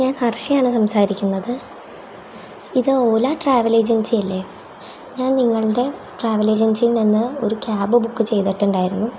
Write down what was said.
ഞാൻ ഹർഷയാണ് സംസാരിക്കുന്നത് ഇത് ഓല ട്രാവൽ ഏജെൻസിയല്ലെ ഞാൻ നിങ്ങളുടെ ട്രാവൽ ഏജെൻസിയിൽ നിന്ന് ഒരു ക്യാബ് ബുക്ക് ചെയ്തിട്ടുണ്ടായിരുന്നു